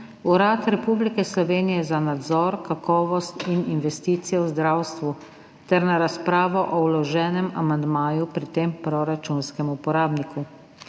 Urad Republike Slovenije za nadzor, kakovost in investicije v zdravstvu ter na razpravo o vloženem amandmaju pri tem proračunskem uporabniku.